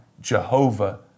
Jehovah